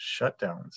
shutdowns